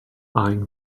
eyeing